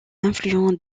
affluent